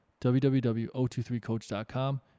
www.023coach.com